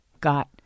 got